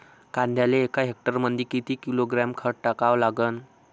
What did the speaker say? कांद्याले एका हेक्टरमंदी किती किलोग्रॅम खत टाकावं लागन?